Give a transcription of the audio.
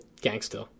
gangster